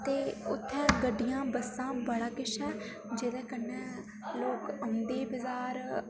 ते उत्थैं गड्डियां बस्सां बड़ा किश ऐ जेह्दे कन्नै लोक औंदे बजार